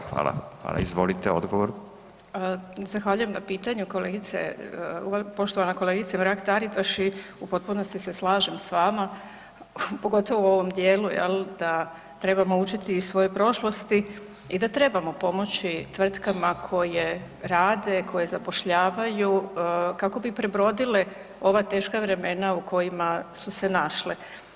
Zahvaljujem na pitanju kolegice, poštovana kolegice Mrak Taritaš i u potpunosti se slažem s vama pogotovo u ovom dijelu jel da trebamo učiti iz svoje prošlosti i da trebamo pomoći tvrtkama koje rade, koje zapošljavaju kako bi prebrodile ova teška vremena u kojima su se našle.